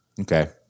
Okay